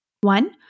One